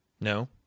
no